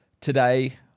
Today